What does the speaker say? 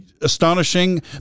astonishing